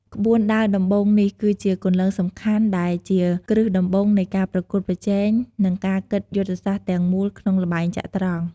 ក្បួនដើរដំបូងនេះគឺជាគន្លងសំខាន់ដែលជាគ្រឹះដំបូងនៃការប្រកួតប្រជែង និងការគិតយុទ្ធសាស្ត្រទាំងមូលក្នុងល្បែងចត្រង្គ។